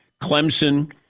Clemson